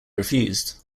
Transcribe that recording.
refused